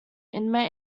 inmate